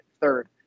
third